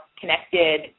connected